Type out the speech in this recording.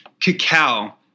Cacao